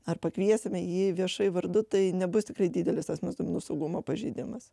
ar pakviesime jį viešai vardu tai nebus tikrai didelis asmens duomenų saugumo pažeidimas